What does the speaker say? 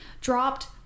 dropped